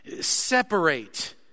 separate